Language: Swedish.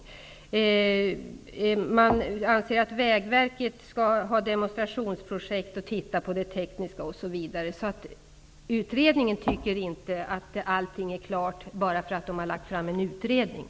Utredningen anser att Vägverket skall starta demonstrationsprojekt och se över det tekniska osv. Utredningen anser inte att allting är klart bara för att det har lagts fram ett förslag.